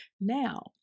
Now